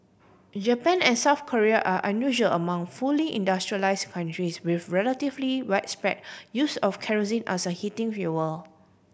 Japan and South Korea are unusual among fully industrialise countries with relatively widespread use of kerosene as a heating fuel